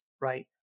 right